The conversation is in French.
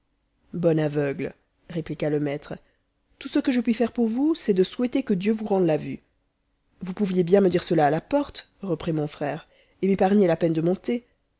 bon aveugle répliqua le mattre tout ce que je puis faire pour vous c'est de souhaiter que dieu vous rende la vue vous pouviez bien me dire cela à la porte reprit mon frère et m'épargner la peine de monter